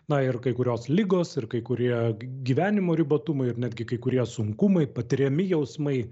na ir kai kurios ligos ir kai kurie gyvenimo ribotumai ir netgi kai kurie sunkumai patiriami jausmai